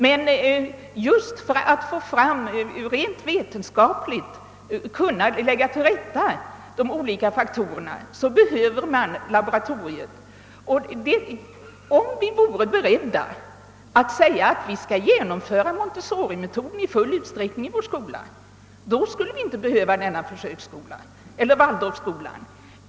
Men just för att vetenskapligt kunna lägga de olika faktorerna till rätta behöver man laboratorieförsök. Om vi vore beredda att säga att vi i full utsträckning i våra skolor skall genomföra montessorimetoden eller waldorfmetoden skulle vi inte behöva dessa försöksskolor.